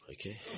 Okay